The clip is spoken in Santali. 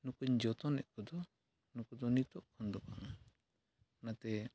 ᱱᱩᱠᱩᱧ ᱡᱚᱛᱚᱱᱮᱫ ᱠᱚᱫᱚ ᱱᱩᱠᱩ ᱫᱚ ᱱᱤᱛᱳᱜ ᱠᱷᱚᱱ ᱫᱚ ᱵᱟᱝ ᱚᱱᱟᱛᱮ